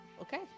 Okay